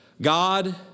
God